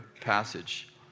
passage